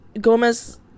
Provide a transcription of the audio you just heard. Gomez